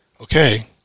okay